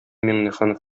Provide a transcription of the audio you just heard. миңнеханов